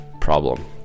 problem